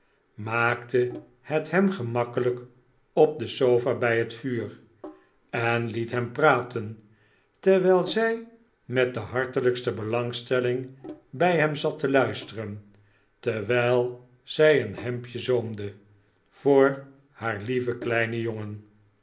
maakte het hem gemakkelijk op de sofa bij het vuur en liet hem praten terwijl zij met de hartelijkste belangstelling bij hem zat te luisteren terwijl zij een hemdje zoomde voor haar lieven kleinen jongen